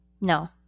No